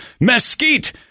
mesquite